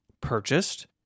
purchased